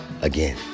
again